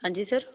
ਹਾਂਜੀ ਸਰ